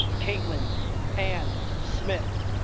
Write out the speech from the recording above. caitlyn and smith